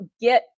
get